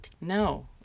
No